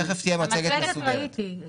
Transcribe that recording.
את המצגת ראיתי.